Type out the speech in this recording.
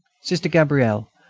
sister gabrielle,